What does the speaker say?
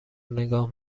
نگاه